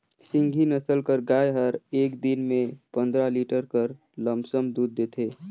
सिंघी नसल कर गाय हर एक दिन में पंदरा लीटर कर लमसम दूद देथे